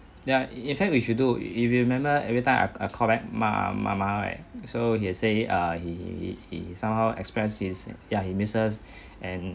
ya in fact we should do if if you remember everytime I I call back ma mama right so he will say he he he somehow express his ya he miss us and